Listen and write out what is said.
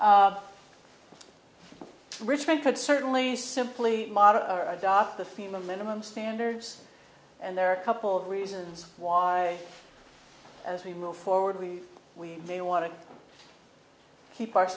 of richmond could certainly simply adopt the female minimum standards and there are a couple of reasons why as we move forward we we may want to keep our